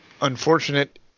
unfortunate